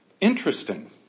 interesting